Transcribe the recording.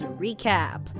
recap